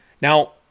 Now